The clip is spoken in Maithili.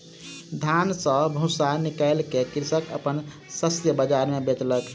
धान सॅ भूस्सा निकाइल के कृषक अपन शस्य बाजार मे बेचलक